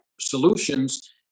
solutions